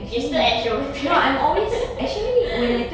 you're still extroverted right